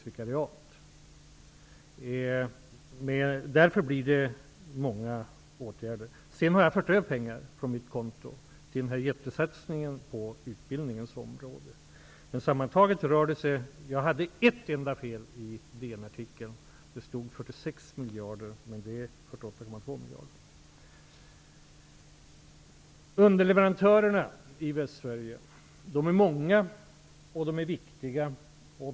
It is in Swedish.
Därför blir det många åtgärder. Jag har sedan överfört pengar till jättesatsningen på utbildningens område. Jag hade ett enda fel i DN-artikeln. Det stod 46 miljarder, men det skall vara 48,2 miljarder. Underleverantörerna i Västsverige är många och viktiga.